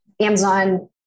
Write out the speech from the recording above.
Amazon